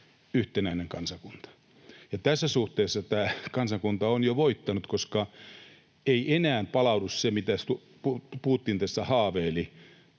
yhtenäinen kansakunta. Tässä suhteessa tämä kansakunta on jo voittanut, koska ei enää palaudu se, mistä Putin tässä haaveili